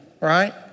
right